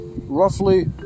roughly